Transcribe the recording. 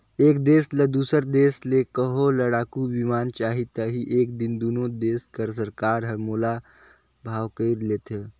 एक देस ल दूसर देस ले कहों लड़ाकू बिमान चाही ता ही दिन दुनो देस कर सरकार हर मोल भाव कइर लेथें